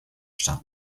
stadt